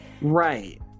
Right